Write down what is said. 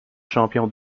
champion